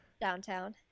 Downtown